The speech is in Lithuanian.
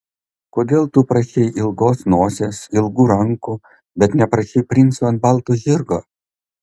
kodėl tu prašei ilgos nosies ilgų rankų bet neprašei princo ant balto žirgo